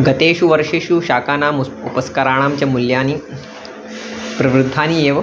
गतेषु वर्षेषु शाकानाम् उस्प् उपस्काराणां च मूल्यानि प्रवृद्धानि एव